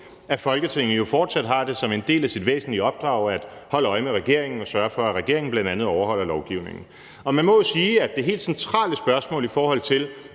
at Folketinget jo fortsat har det som en væsentlig del af sit opdrag at holde øje med regeringen og bl.a. at sørge for, at regeringen overholder lovgivningen. Og man må jo sige, at det helt centrale spørgsmål, i forhold til